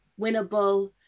winnable